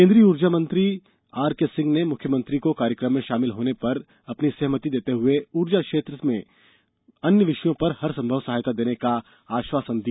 केन्द्रीय ऊर्जा मंत्री आरके सिंह ने मुख्यमंत्री को कार्यक्रम में शामिल होने की अपनी सहमति देते हुए ऊर्जा क्षेत्र से जुड़े अन्य विषयों पर हरसंभव सहायता देने का आश्वासन दिया